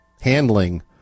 handling